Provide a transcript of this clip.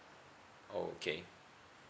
oh okay